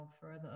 further